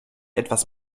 etwas